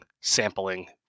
sampling